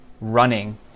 running